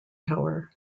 tower